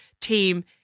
team